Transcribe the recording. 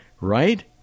right